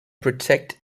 protect